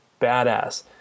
badass